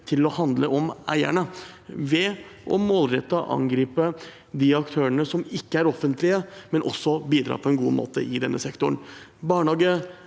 til å handle om eierne, ved målrettet å angripe de aktørene som ikke er offentlige, men som også bidrar på en god måte i denne sektoren. Barnehagepolitikk